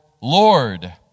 Lord